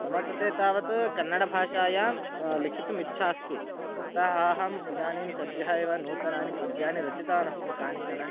मम कृते तावत् कन्नडभाषायां लिखितुम् इच्छा अस्ति अतः अहम् इदानीं सद्यः एव नूतनानि पद्यानि रचितवान् अस्मि कानिचन